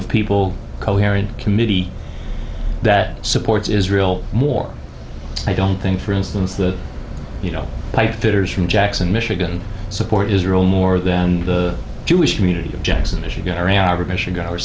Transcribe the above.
of people coherent committee that supports israel more i don't think for instance that you know pipefitters from jackson michigan support israel more than the jewish community of jackson michigan